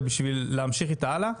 ובשביל להמשיך איתה הלאה,